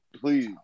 please